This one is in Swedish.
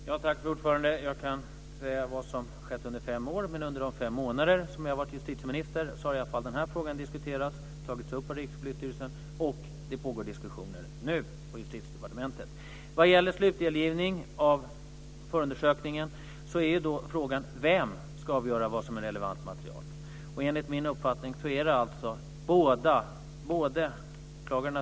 Fru talman! Jag kan inte säga vad som har skett under fem år. Under de fem månader som jag har varit justitieminister har denna fråga diskuterats och tagits upp i Rikspolisstyrelsen. Det pågår diskussioner nu på Justitiedepartementet. Vad gäller slutdelgivning av förundersökningen är frågan vem som ska avgöra vad som är relevant material. Enligt min uppfattning är det både åklagaren och den misstänkte.